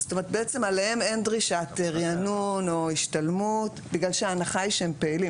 אז אין עליהם דרישת ריענון או השתלמות בגלל שההנחה היא שהם פעילים.